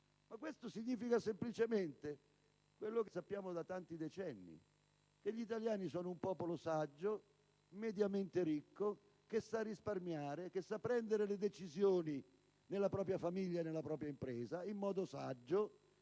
Ma questo significa semplicemente quel che sappiamo da tanti decenni, cioè che gli italiani sono un popolo saggio, mediamente ricco, che sa risparmiare, che sa prendere le decisioni nella propria famiglia e nella propria impresa in modo